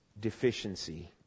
deficiency